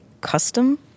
custom